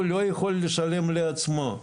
הוא לא יכול לשלם לעצמו.